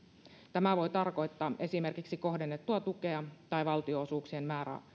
tämä voi tarkoittaa esimerkiksi kohdennettua tukea tai valtionosuuksien